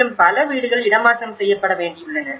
மேலும் பல வீடுகள் இடமாற்றம் செய்யப்பட வேண்டியுள்ளன